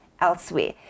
elsewhere